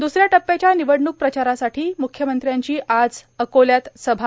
द्रसऱ्या टप्प्याच्या निवडणूक प्रचारासाठी म्ख्यमत्री यांची आज अकोल्यात सभा